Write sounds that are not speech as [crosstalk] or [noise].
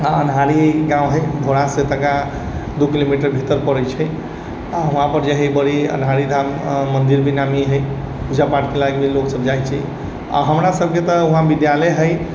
अन्हारि गाँव हइ [unintelligible] तनिका दू किलोमीटर भीतर पड़ै छै वहाँ जे हइ बड़ी अन्हारि धाम मन्दिर भी नामी है पूजा पाठके लएके भी लोक सभ जाइ छै आ हमरा सभके तऽ वहाँ विद्यालय है